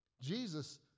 Jesus